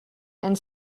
and